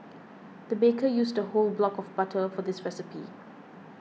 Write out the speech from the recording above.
the baker used a whole block of butter for this recipe